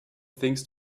things